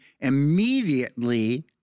immediately